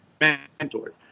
mentors